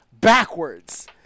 backwards